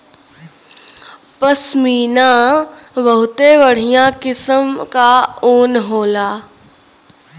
पश्मीना बहुते बढ़िया किसम क ऊन होला